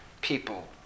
people